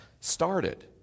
started